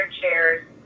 chairs